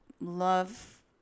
love